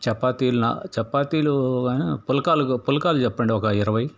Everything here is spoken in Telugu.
చపాతీలు నా చపాతీలు గా పుల్కాలు ఫుల్కాలు చెప్పండి ఒక ఇరవై